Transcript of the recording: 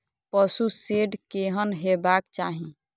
पशु शेड केहन हेबाक चाही?